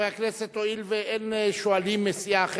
חברי הכנסת, הואיל ואין שואלים מסיעה אחרת,